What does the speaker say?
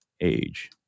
age